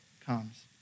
comes